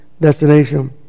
destination